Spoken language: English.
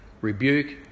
rebuke